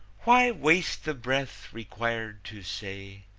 why waste the breath required to say,